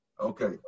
Okay